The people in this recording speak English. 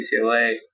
ucla